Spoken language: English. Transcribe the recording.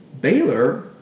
Baylor